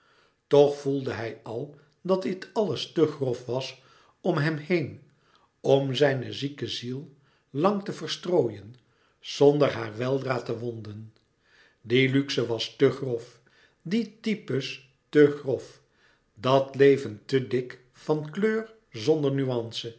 toch voelde hij al dat dit alles te grof was om hem heen om zijn zieke ziel lang te verstrooien zonder haar weldra te wonden die luxe was te grof die types te grof dat leven te dik van kleur louis couperus metamorfoze zonder nuance